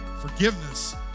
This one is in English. Forgiveness